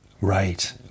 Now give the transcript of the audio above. Right